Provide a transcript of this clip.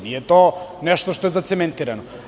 Nije to nešto što je zacementirano.